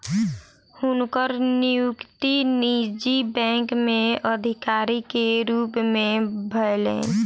हुनकर नियुक्ति निजी बैंक में अधिकारी के रूप में भेलैन